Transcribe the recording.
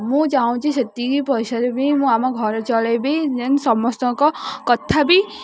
ମୁଁ ଚାହୁଁଛି ସେତିକି ପଇସାରେ ବି ମୁଁ ଆମ ଘର ଚଳାଇବି ଯେମିତି ସମସ୍ତଙ୍କ କଥା ବିି